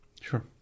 Sure